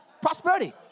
prosperity